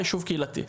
ישוב קהילתי.